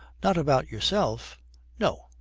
not about yourself no.